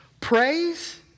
praise